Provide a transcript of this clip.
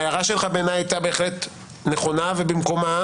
ההערה שלך בעיניי הייתה בהחלט נכונה ובמקומה,